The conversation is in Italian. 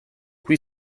qui